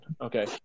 Okay